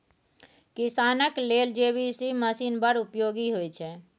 किसानक लेल JCB machine बड़ उपयोगी होइ छै